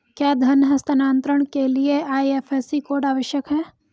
क्या धन हस्तांतरण के लिए आई.एफ.एस.सी कोड आवश्यक है?